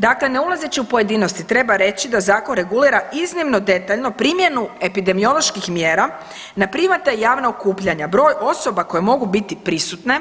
Dakle, ne ulazeći u pojedinosti treba reći da zakon regulira iznimno detaljno primjenu epidemioloških mjera na privatna i javna okupljana, broj osoba koje mogu biti prisutne,